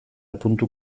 puntu